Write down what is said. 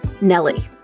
Nelly